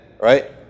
right